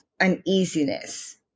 uneasiness